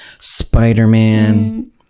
spider-man